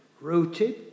rooted